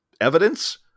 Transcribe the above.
evidence